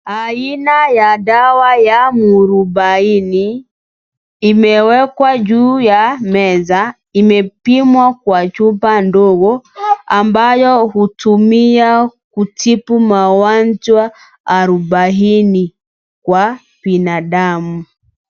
Aina ya dawa ya mwarubaini imewekwa juu yameza imepimwa kwa chupa ndogo ambayo hutumiwa kutibu magonjwa arubaini kwa binadamu.